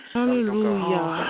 Hallelujah